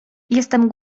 jestem